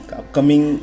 upcoming